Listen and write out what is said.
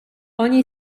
ogni